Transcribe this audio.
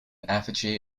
effigy